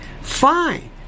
fine